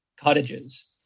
cottages